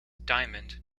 diamond